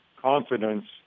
confidence